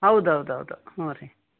ಹೌದು ಹೌದು ಹೌದು ಹ್ಞೂ ರೀ